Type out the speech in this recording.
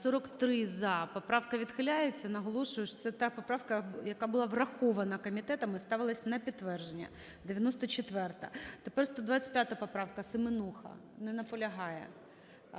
За-43 Поправка відхиляється. Наголошую, що це та поправка, яка була врахована комітетом і ставилася на підтвердження – 94-а. Тепер 125 поправка, Семенуха. Не наполягає.